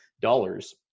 dollars